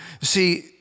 See